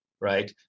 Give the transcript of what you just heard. right